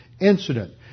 incident